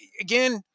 again